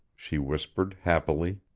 she whispered, happily.